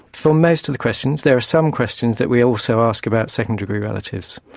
for most of the questions. there are some questions that we also ask about second degree relatives.